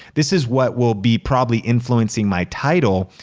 this is what will be probably influencing my title.